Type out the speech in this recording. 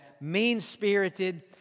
mean-spirited